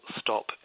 stop